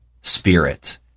spirit